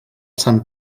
sant